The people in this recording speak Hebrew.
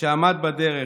שעמד בדרך,